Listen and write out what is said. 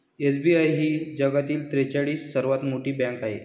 SBI ही जगातील त्रेचाळीस सर्वात मोठी बँक आहे